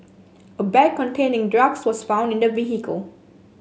a bag containing drugs was found in the vehicle